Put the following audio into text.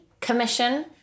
commission